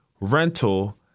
rental